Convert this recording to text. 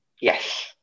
yes